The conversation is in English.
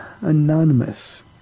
Anonymous